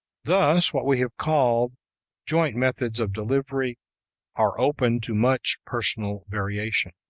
thus, what we have called joint methods of delivery are open to much personal variation.